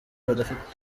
badafite